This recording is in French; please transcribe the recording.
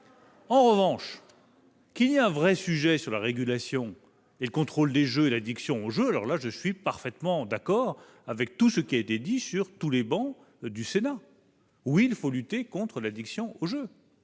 En revanche, qu'il y ait un vrai sujet sur la régulation, le contrôle des jeux et l'addiction au jeu, j'en suis parfaitement d'accord et je partage tout ce qui a été dit sur l'ensemble des travées du Sénat. Oui, il faut lutter contre l'addiction au jeu